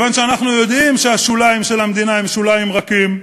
אבל אנחנו יודעים שהשוליים של המדינה הם שוליים רכים,